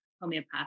homeopathy